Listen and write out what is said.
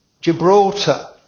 Gibraltar